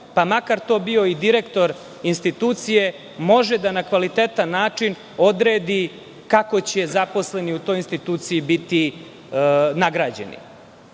pa makar to bio i direktor institucije, može da na kvalitetan način odredi kako će zaposleni u toj instituciji biti nagrađeni. Zato